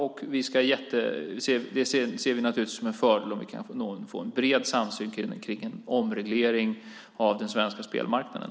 Och vi ser det naturligtvis som en fördel om vi kan få en bred samsyn om en omreglering av den svenska spelmarknaden.